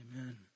Amen